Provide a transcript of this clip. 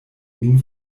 min